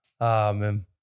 amen